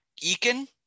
Eakin